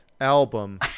album